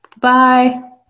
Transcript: Bye